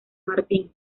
martín